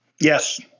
Yes